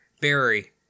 barry